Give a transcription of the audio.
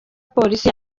polisi